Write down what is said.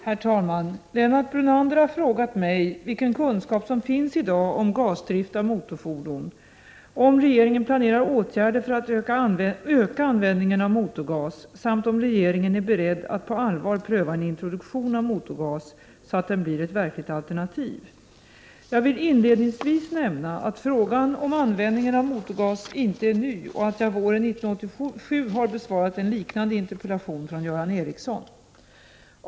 Herr talman! Lennart Brunander har frågat mig vilken kunskap som finns i dag om gasdrift av motorfordon, om regeringen planerar åtgärder för att öka användningen av motorgas samt om regeringen är beredd att på allvar pröva en introduktion av motorgas så att den blir ett verkligt alternativ. Jag vill inledningsvis nämna att frågan om användningen av motorgas inte är ny och att jag våren 1987 har besvarat en liknande interpellation från Göran Ericsson.